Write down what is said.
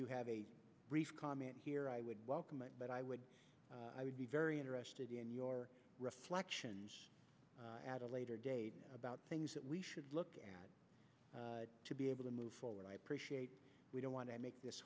you have a brief comment here i would welcome it but i would i would be very interested in your reflections had a later date about that we should look at to be able to move forward i appreciate we don't want to